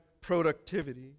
productivity